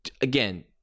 again